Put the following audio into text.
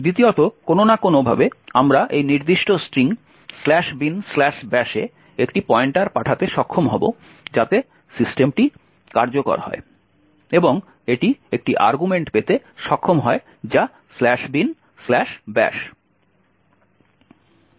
দ্বিতীয়ত কোনো না কোনোভাবে আমরা এই নির্দিষ্ট স্ট্রিং binbash এ একটি পয়েন্টার পাঠাতে সক্ষম হব যাতে সিস্টেমটি কার্যকর হয় এবং এটি একটি আর্গুমেন্ট পেতে সক্ষম হয় যা binbash